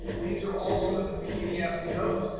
these are also in the pdf notes.